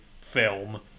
film